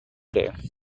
day